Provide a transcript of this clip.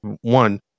one